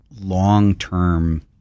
long-term